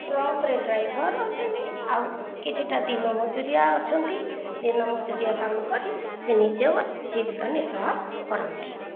truck ରେ driver ହେଉଛନ୍ତି ଆଉ କିଛିଟା ଦିନ ମଜୁରିଆ ଅଛନ୍ତି ଦିନ ମଜୁରିଆ କାମ କରି ସେ ନିଜ ଜୀବିକା ନିର୍ବାହ କରନ୍ତି